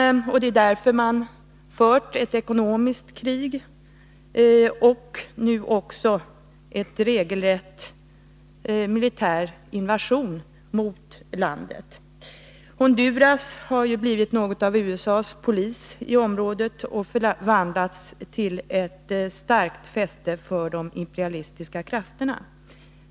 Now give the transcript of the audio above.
Det är därför man fört ett ekonomiskt krig mot landet och nu också genomfört en regelrätt militär invasion. Honduras har blivit något av USA:s polis i området och förvandlats till ett starkt fäste för de imperialistiska krafterna.